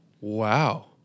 Wow